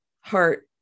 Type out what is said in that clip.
heart